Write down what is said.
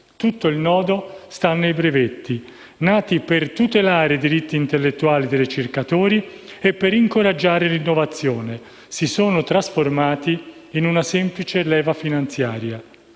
Tutto il nodo sta nei brevetti: nati per tutelare i diritti intellettuali dei ricercatori e incoraggiare l'innovazione, si sono ormai trasformati in una semplice leva finanziaria.